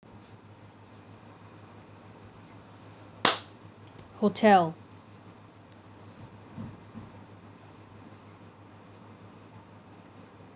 hotel